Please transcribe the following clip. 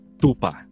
tupa